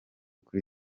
kuri